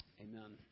Amen